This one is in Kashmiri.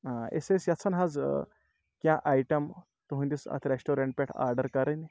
أسۍ ٲسۍ یَژھان حظ کینٛہہ آیٹَم تُہٕنٛدِس اَتھ رٮ۪سٹورنٛٹ پٮ۪ٹھ آرڈر کَرٕنۍ